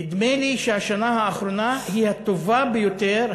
נדמה לי שהשנה האחרונה היא הטובה ביותר,